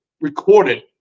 recorded